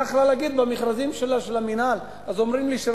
המדינה היתה יכולה לומר את זה במכרזים של המינהל.